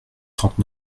trente